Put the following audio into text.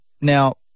Now